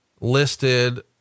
listed